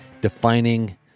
Defining